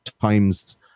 times